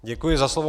Děkuji za slovo.